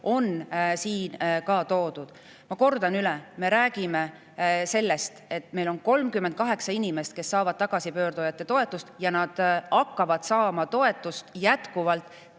ka toodud. Ma kordan üle. Me räägime sellest, et meil on 38 inimest, kes saavad tagasipöörduja toetust, ja nad saavad toetust ka